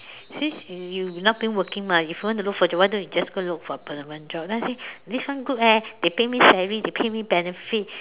since you not been working mah if you want to look for job why don't you just look for permanent job then I say this one good eh they pay me salary they pay me benefit